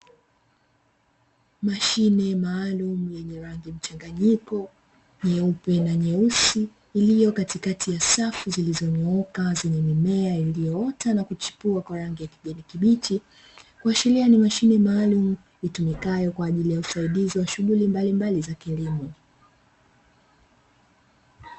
Mashine maalumu yenye rangi mchanganyiko nyeupe na nyeusi iliyo katikati ya safu zilizong'ooka, zenye mimea iliyoota na kuchipua kwa rangi ya kijani kibichi kuashiria kuwa ni mashine maalumu, itumikayo kwa ajili ya usaidizi wa shughuli mbalimbali za kilimo.